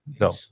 No